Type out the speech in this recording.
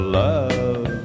love